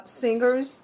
singers